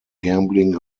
gambling